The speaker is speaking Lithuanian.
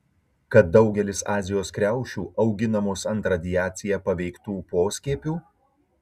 kad daugelis azijos kriaušių auginamos ant radiacija paveiktų poskiepių